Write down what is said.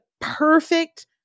perfect